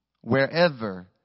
Wherever